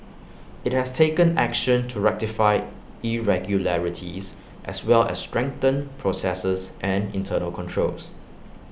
IT has taken action to rectify irregularities as well as strengthen processes and internal controls